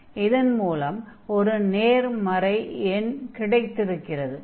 இதன் மூலம் ஒரு நேர்மறை எண் கிடைத்திருக்கிறது